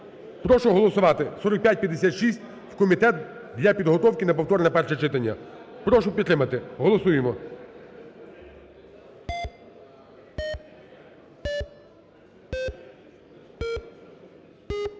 Прошу голосувати. 4556 в комітет для підготовки на повторне перше читання. Прошу підтримати, голосуємо.